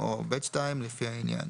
(א)(2) או (ב)(2), לפי העניין.